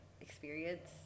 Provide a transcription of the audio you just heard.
experience